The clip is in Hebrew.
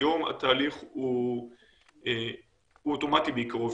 היום התהליך הוא אוטומטי בעיקרו.